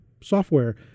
software